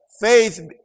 Faith